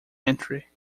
entry